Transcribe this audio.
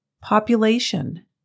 Population